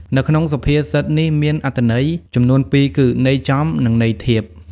នៅក្នុងសុភាសិតនេះមានអត្ថន័យចំនួនពីរគឺ ន័យចំនិងន័យធៀប ។